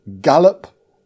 Gallop